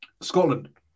Scotland